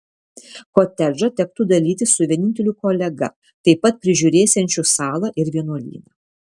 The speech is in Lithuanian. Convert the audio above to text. kotedžą tektų dalytis su vieninteliu kolega taip pat prižiūrėsiančiu salą ir vienuolyną